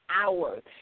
hours